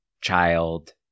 child